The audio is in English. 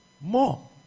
more